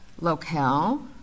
locale